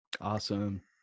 Awesome